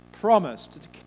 promised